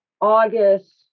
august